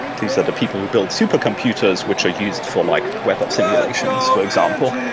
these are the people who build super computers which are used for like weather simulations, for example,